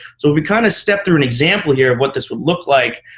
so if we kind of step through an example here of what this would look like,